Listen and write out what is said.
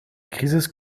crisis